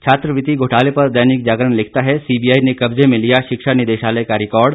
छात्रवृति घोटाले पर दैनिक जागरण लिखता है सीबीआई ने कब्जे में लिया शिक्षा निदेशालय का रिकार्ड